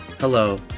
Hello